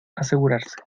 asegurarse